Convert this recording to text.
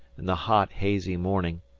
in the hot, hazy morning,